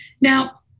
Now